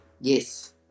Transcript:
Yes